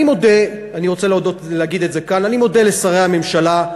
אני מודה לשרי הממשלה,